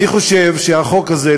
אני חושב שהחוק הזה,